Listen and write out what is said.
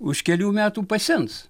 už kelių metų pasens